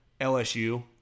LSU